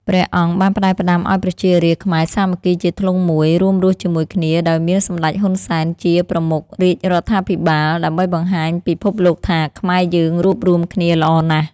ព្រះអង្គបានផ្ដែផ្ដាំឱ្យប្រជារាស្ត្រខ្មែរសាមគ្គីជាធ្លុងមួយ រួមរស់ជាមួយគ្នា ដោយមានសម្ដេច ហ៊ុន សែន ជាប្រមុខរាជរដ្ឋាភិបាល ដើម្បីបង្ហាញពិភពលោកថាខ្មែរយើងរួបរួមគ្នាល្អណាស់។